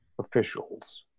officials